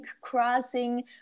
crossing